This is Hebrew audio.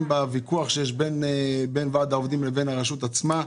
בוויכוח שיש בין ועד העובדים לבין הרשות עצמה?